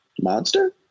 Monster